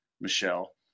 Michelle